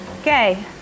Okay